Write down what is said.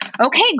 okay